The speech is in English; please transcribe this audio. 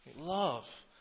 Love